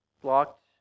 blocked